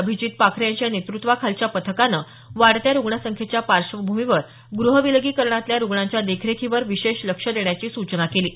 अभिजीत पाखरे यांच्या नेतृत्वाखालच्या पथकानं वाढत्या रुग्णसंख्येच्या पार्श्वभूमीवर ग्रहविलगीकरणातल्या रुग्णांच्या देखरेखीवर विशेष लक्ष देण्याची सूचना केली आहे